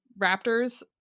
raptors